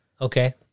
Okay